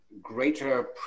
greater